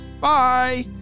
Bye